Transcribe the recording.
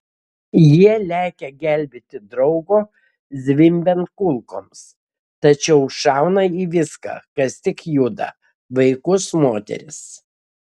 jie lekia gelbėti draugo zvimbiant kulkoms tačiau šauna į viską kas tik juda vaikus moteris